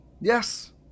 Yes